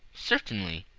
certainly,